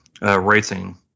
racing